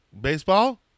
Baseball